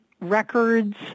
records